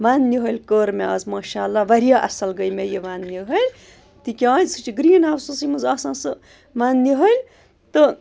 وَنٛدٕ نِہٲلۍ کٔر مےٚ آز ماشاء اللہ واریاہ اَصٕل گٔے مےٚ یہِ ونٛدٕ نِہٲلۍ تِکیٛازِ سُہ چھِ گرٛیٖن ہاوسَسٕے منٛز آسان سُہ ونٛدٕ نِہٲلۍ تہٕ